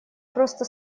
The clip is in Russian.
просто